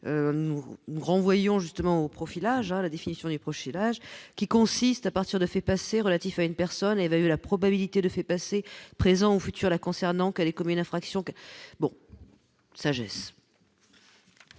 vous renvoyons justement au profilage à la définition du profilage qui consiste à partir de faits passés relatifs à une personne évalue la probabilité de faits passés, présents ou futurs, la concernant, qu'elle est comme une infraction bon sagesse.